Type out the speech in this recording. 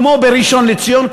כמו בראשון-לציון.